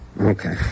Okay